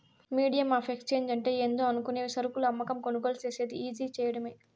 medium of exchange అంటే ఏందో అనుకునేవు సరుకులు అమ్మకం, కొనుగోలు సేసేది ఈజీ సేయడమే